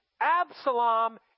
Absalom